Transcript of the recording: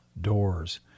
doors